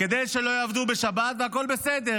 כדי שלא יעבדו בשבת, והכול בסדר.